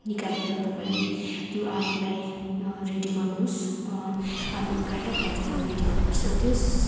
निकालेर तपाईँले त्यो आलुलाई रेडी गर्नुहोस् आलु उक्काएर काटेर रेडी गर्नुहोस् र त्यस